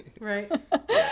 Right